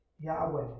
Yahweh